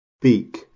beak